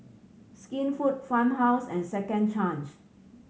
Skinfood Farmhouse and Second Change